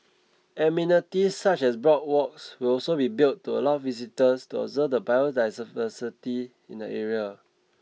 amenities such as boardwalks will also be built to allow visitors to observe the biodiversity in the area